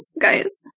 guys